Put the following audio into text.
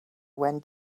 when